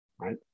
right